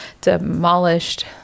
demolished